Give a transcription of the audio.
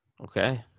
Okay